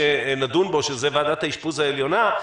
אם אתה יכול להסביר לחברי הכנסת מה היא ועדת האשפוז העליונה,